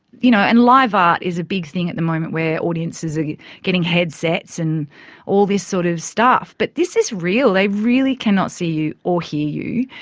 you know, and live art is a big thing at the moment where audiences are getting headsets and all this sort of stuff, but this is real. they really cannot see you or hear you.